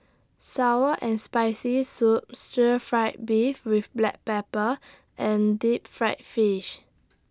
Sour and Spicy Soup Stir Fried Beef with Black Pepper and Deep Fried Fish